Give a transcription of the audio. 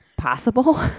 Possible